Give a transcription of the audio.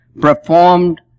performed